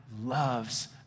loves